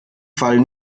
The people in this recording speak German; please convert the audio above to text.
fall